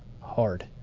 hard